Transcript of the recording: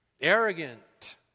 arrogant